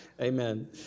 Amen